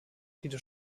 viele